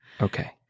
Okay